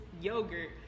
yogurt